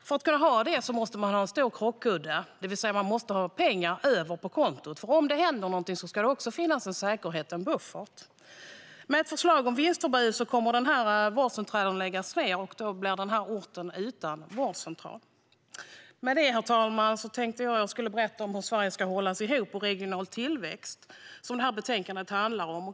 För att kunna ha detta måste det finnas en stor krockkudde, det vill säga vårdcentralen måste ha pengar över på kontot. Om det händer något ska det finnas en säkerhet, en buffert. Med ett förslag om vinstförbud kommer vårdcentralen att läggas ned, och då blir orten utan vårdcentral. Herr talman! Jag tänkte berätta hur Sverige ska hållas ihop med hjälp av regional tillväxt, som det här betänkandet handlar om.